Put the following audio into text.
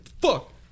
Fuck